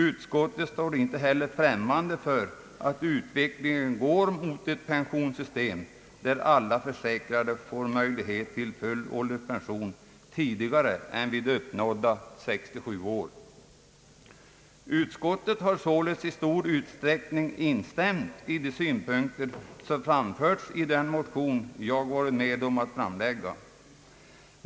Utskottet står inte heller främmande för att utvecklingen går mot ett pensionssystem där alla försäkrade får möjlighet till full ålderspension tidigare än vid uppnådda 67 år.» Utskottet har således i stor utsträckning instämt i de synpunkter som framförts i den motion jag varit med om att framlägga.